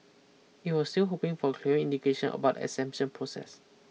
it was still hoping for a clearer indication about exemption process